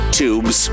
tubes